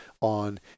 on